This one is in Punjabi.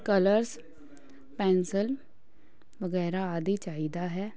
ਕਲਰਸ ਪੈਨਸਲ ਵਗੈਰਾ ਆਦਿ ਚਾਹੀਦਾ ਹੈ